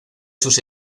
sus